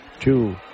two